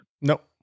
Nope